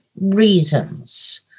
reasons